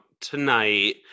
tonight